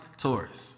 Taurus